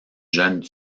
jeune